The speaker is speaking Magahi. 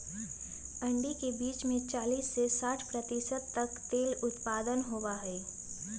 अरंडी के बीज में चालीस से साठ प्रतिशत तक तेल उपलब्ध होबा हई